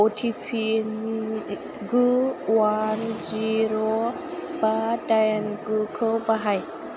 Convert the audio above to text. OTP गु अवान जिर' बा दाइन गुखौ बाहाय